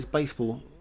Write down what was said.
Baseball